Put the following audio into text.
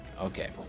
Okay